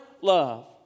love